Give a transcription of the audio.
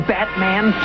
Batman